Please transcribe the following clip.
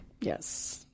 Yes